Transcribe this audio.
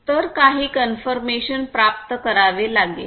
तर काही कन्फर्मेशन प्राप्त करावे लागेल